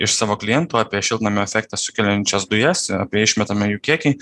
iš savo klientų apie šiltnamio efektą sukeliančias dujas apie išmetame jų kiekį